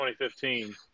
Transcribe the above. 2015